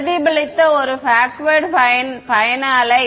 பிரதிபலித்த ஒரு பேக்வேர்ட் பயண அலை